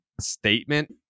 statement